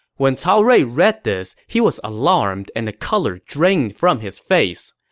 when cao rui read this, he was alarmed and the color drained from his face.